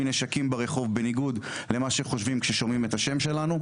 נשקים ברחוב בניגוד למה שחושבים כששומעים את השם שלנו.